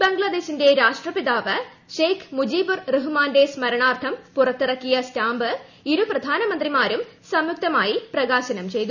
ബംഗ്ലാദേശിന്റെ രാഷ്ട്രപിതാവ് ഷെയ്ഖ് മുജിബുർ റഹ്മാന്റെ സ്മരണാർദ്ധം പുറത്തിറക്കിയ സ്റ്റാമ്പ് ഇരു പ്രധാനമന്ത്രിമാരും സംയുക്തമായി പ്രകാശനം ചെയ്തു